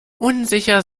unsicher